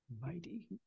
Mighty